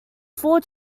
four